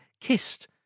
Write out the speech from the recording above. kissed